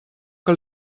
que